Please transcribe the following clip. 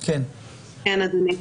כן אדוני,